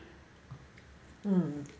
mm